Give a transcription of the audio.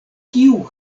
kiu